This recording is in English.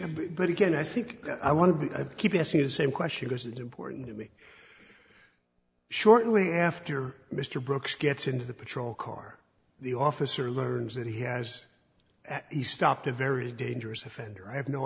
visible but again i think i want to keep asking you the same question is it important to me shortly after mr brooks gets into the patrol car the officer learns that he has he stopped a very dangerous offender i have no